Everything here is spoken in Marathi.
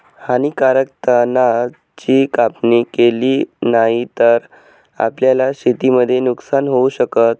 हानीकारक तणा ची कापणी केली नाही तर, आपल्याला शेतीमध्ये नुकसान होऊ शकत